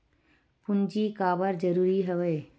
पूंजी काबर जरूरी हवय?